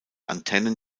antennen